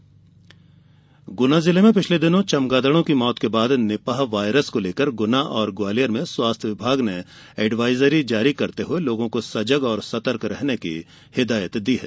Nipah virus Guna जिले में पिछले दिनों हुई चमगादड़ों की मौत के बाद निपाह वायरस को लेकर गुना और ग्वालियर में स्वास्थ्य विभाग ने एडवाइजरी जारी करते हये लोगो को सजग और सतर्क रहने की हिदायत दी है